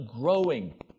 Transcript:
growing